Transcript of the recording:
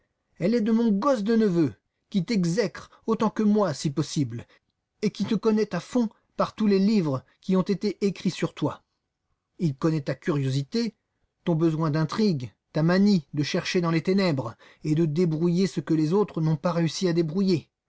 elle est de mon gosse de neveu qui t'exècre autant que moi si possible et qui te connaît à fond par tous les livres qui ont été écrits sur toi il connaît ta curiosité ton besoin d'intrigue ta manie de chercher dans les ténèbres et de débrouiller ce que les autres n'ont pas réussi à débrouiller